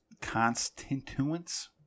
constituents